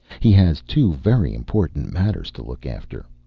he has two very important matters to look after.